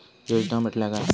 योजना म्हटल्या काय?